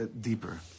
deeper